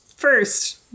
First